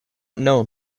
known